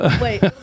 Wait